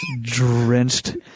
drenched